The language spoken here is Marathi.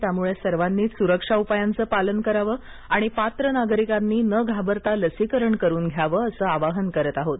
त्यामुळे सर्वांनीच सुरक्षा उपायांचं पालन करावं आणि पात्र नागरिकांनी न घाबरता लसीकरण करून घ्यावं असं आवाहन करत आहोत